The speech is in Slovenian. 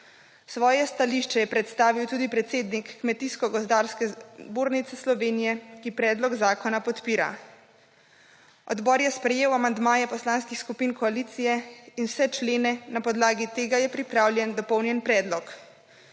Svoje stališče je predstavil tudi predsednik Kmetijsko gozdarske zbornice Slovenije, ki predlog zakona podira. Odbor je sprejel amandmaje Poslanskih skupin koalicije in vse člene, na podlagi tega je pripravljen dopolnjen predlog.